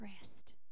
rest